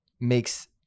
makes